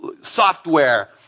software